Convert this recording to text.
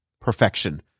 perfection